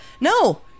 No